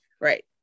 Right